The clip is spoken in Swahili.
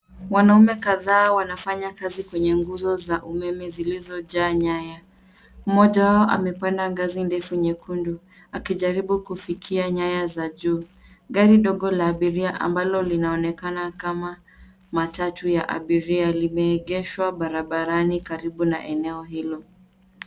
Wanaume kadhaa wanafanya kazi kwenye nguzo za umeme zilizojaa nyaya. Mmoja wao amepanda ngazi ndefu nyekundu akijaribu kufikia nyaya za juu. Gari dogo la abiria ambalo linaonekana kama matatu ya abiria limeegeshwa barabarani karibu na eneo hilo.